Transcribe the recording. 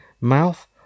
mouth